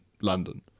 London